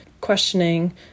questioning